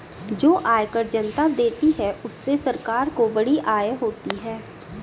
जो आयकर जनता देती है उससे सरकार को बड़ी आय होती है